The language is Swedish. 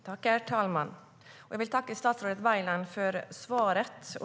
Herr talman! Jag vill tacka statsrådet Baylan för svaret.